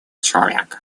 человека